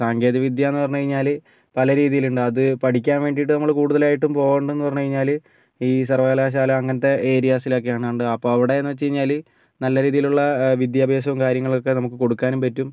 സാങ്കേതികവിദ്യ എന്ന് പറഞ്ഞു കഴിഞ്ഞാല് പല രീതിയിലുണ്ട് അത് പഠിക്കാൻ വേണ്ടിയിട്ട് നമ്മൾ കൂടുതലായിട്ടും പോകേണ്ടതെന്ന് പറഞ്ഞ് കഴിഞ്ഞാല് ഈ സർവ്വകലാശാല അങ്ങനത്തെ ഏരിയസിലക്കെയാണ് അപ്പം അവിടെന്ന് വെച്ച് കഴിഞ്ഞാല് നല്ല രീതിയിലുള്ള വിദ്യാഭ്യാസവും കാര്യങ്ങളൊക്കെ നമുക്ക് കൊടുക്കാനും പറ്റും